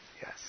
Yes